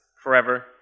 forever